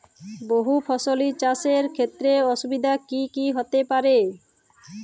বহু ফসলী চাষ এর ক্ষেত্রে অসুবিধে কী কী হতে পারে?